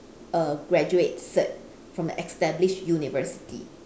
a graduate cert from an established university